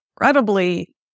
Incredibly